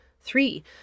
Three